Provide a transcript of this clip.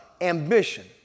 ambition